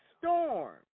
storm